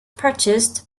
purchased